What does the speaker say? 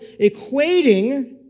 equating